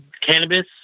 cannabis